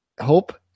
hope